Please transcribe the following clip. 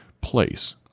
place